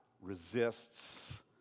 Resists